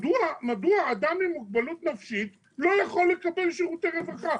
מדוע אדם עם מוגבלות נפשית לא יכול לקבל שירותי רווחה?